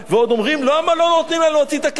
ועוד אומרים: למה לא נותנים להם להוציא את הכסף?